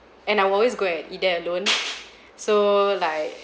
and I will always go and eat there alone so like